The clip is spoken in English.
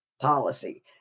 policy